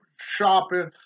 shopping